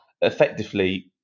effectively